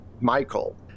michael